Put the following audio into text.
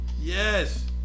Yes